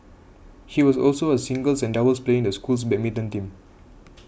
he was also a singles and doubles player in the school's badminton team